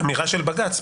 אמירה של בג"ץ,